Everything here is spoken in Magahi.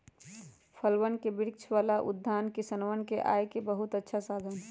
फलवन के वृक्ष वाला उद्यान किसनवन के आय के बहुत अच्छा साधन हई